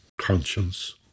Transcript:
conscience